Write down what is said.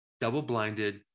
double-blinded